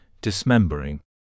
dismembering